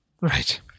right